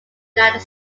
united